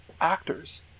actors